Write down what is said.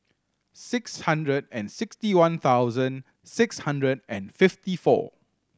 six hundred and sixty one thousand six hundred and fifty four